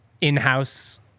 in-house